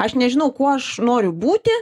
aš nežinau kuo aš noriu būti